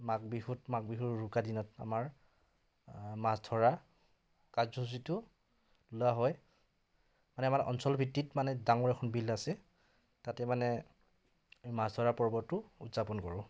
মাঘ বিহুত মাঘ বিহুৰ উৰুকা দিনত আমাৰ মাছ ধৰা কাৰ্যসূচীটো লোৱা হয় মানে আমাৰ অঞ্চলভিত্তিত মানে ডাঙৰ এখন বিল আছে তাতে মানে এই মাছ ধৰা পৰ্বটো উদযাপন কৰোঁ